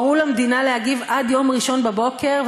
הורו למדינה להגיב עד יום ראשון בבוקר,